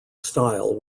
style